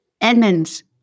Edmonds